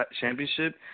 Championship